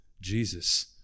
jesus